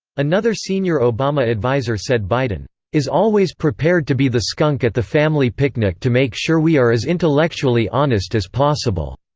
another senior obama advisor said biden is always prepared to be the skunk at the family picnic to make sure we are as intellectually honest as possible.